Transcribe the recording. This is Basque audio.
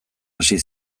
hasi